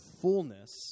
fullness